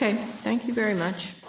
ok thank you very much